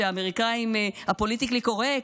הפוליטיקלי-קורקט,